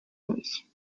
unis